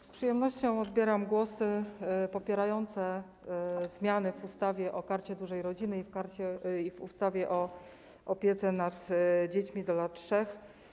Z przyjemnością odbieram głosy popierające zmiany w ustawie o Karcie Dużej Rodziny i w ustawie o opiece nad dziećmi do lat 3.